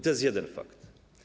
To jest jeden fakt.